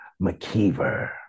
McKeever